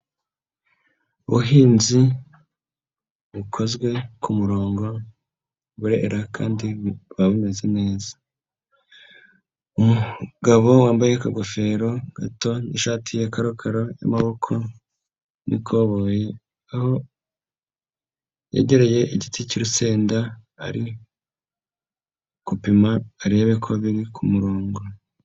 Ubuhinzi bukozwe ku murongo burera kandi buba bumeze neza, umugabo wambaye akagofero gato n'ishati ya karokaro y'amaboko n'ikoboyi, aho yegereye igiti cy'urusenda ari kupima arebe ko biri ku murongo.